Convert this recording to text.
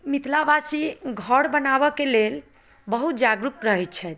मिथिलावासी घर बनाबऽके लेल बहुत जागरूक रहै छथि